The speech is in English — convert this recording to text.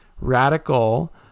radical